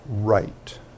right